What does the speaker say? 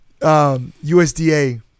USDA